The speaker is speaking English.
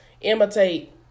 imitate